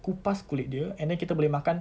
kupas kulit dia and then kita boleh makan